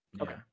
okay